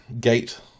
gate